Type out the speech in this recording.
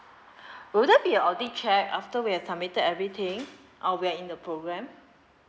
would there be audit check after we have submitted everything or we are in the program